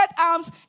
arms